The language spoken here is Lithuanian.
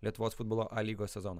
lietuvos futbolo a lygos sezoną